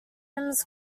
rims